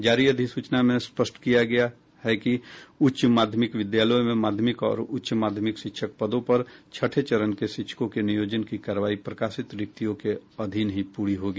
जारी अधिसूचना में स्पष्ट किया गया है कि उच्च माध्यमिक विद्यालयों में माध्यमिक और उच्च माध्यमिक शिक्षक पदों पर छठे चरण के शिक्षकों के नियोजन की कार्रवाई प्रकाशित रिक्तियों के अधीन ही पूरी होगी